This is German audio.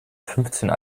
fünfzehn